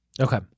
Okay